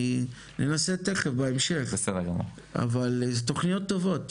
ננסה תיכף בהמשך אבל תכניות טובות.